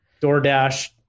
DoorDash